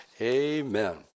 amen